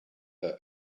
her